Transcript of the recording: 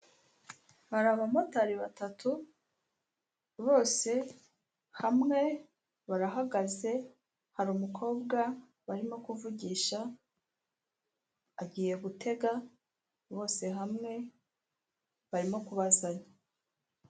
Hari abamotari batatu, bose hamwe barahagaze, hari umukobwa barimo kuvugisha agiye gutega bose hamwe barimo kubazanya.